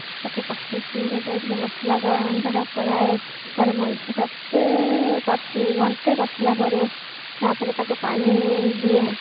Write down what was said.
ତାକୁ କଷିକି ଯେତେବେଳେ ମସଲା ଗନ୍ଧ ଟା ପଳାଏ ତାର ମାଂସ ଟା ତ କଷି ଘଣ୍ଟେ କଷିଲା ପରେ ତାପରେ ତାକୁ ପାଣି ଦିଏ